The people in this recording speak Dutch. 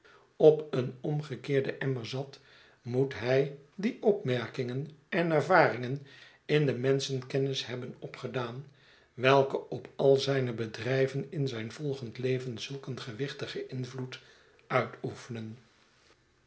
op een omgekeerden emmer zat moet hij die opmerkingen en ervaringen in de menschenkennis hebben opgedaan welke op al zijne bedrijven in zijn volgend leven zulk een gewichtigen invloed uitoefenen